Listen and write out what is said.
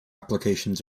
applications